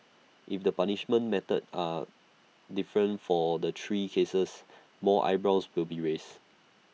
if the punishments meted are different for the three cases more eyebrows will be raised